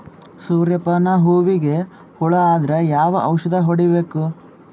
ಸೂರ್ಯ ಪಾನ ಹೂವಿಗೆ ಹುಳ ಆದ್ರ ಯಾವ ಔಷದ ಹೊಡಿಬೇಕು?